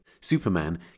Superman